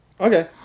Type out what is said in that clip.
Okay